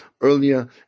earlier